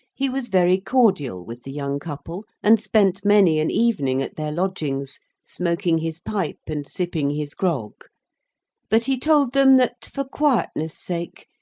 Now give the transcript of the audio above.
he was very cordial with the young couple, and spent many an evening at their lodgings smoking his pipe, and sipping his grog but he told them that, for quietness' sake,